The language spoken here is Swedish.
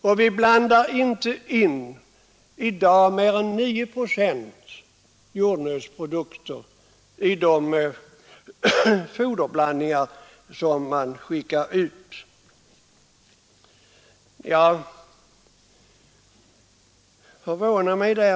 Och man blandar i dag inte in mer än 9 procent jordnötsprodukter i de foderblandningar som man skickar ut mot tillåtna 15 procent.